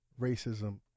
racism